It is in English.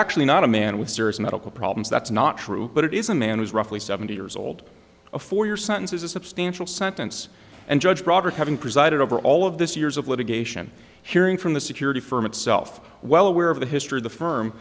actually not a man with serious medical problems that's not true but it is a man who's roughly seventy years old a four year sentence is a substantial sentence and judge roberts having presided over all of this years of litigation hearing from the security firm itself well aware of the history of the firm